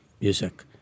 music